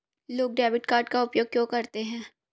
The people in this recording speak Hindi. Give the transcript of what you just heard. लोग डेबिट कार्ड का उपयोग क्यों करते हैं?